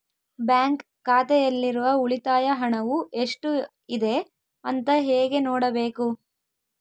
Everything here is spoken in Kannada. ಬ್ಯಾಂಕ್ ಖಾತೆಯಲ್ಲಿರುವ ಉಳಿತಾಯ ಹಣವು ಎಷ್ಟುಇದೆ ಅಂತ ಹೇಗೆ ನೋಡಬೇಕು?